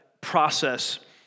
process